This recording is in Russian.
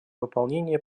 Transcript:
выполнение